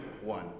one